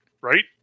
Right